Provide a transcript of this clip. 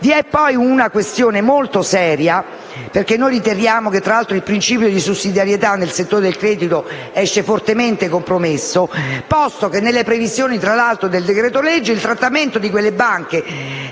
Vi è poi una questione molto seria, perché noi riteniamo che il principio di sussidiarietà nel settore del credito esca fortemente compromesso, posto che nel decreto‑legge in esame il trattamento di quelle banche